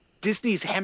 Disney's